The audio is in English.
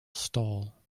stall